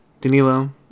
Danilo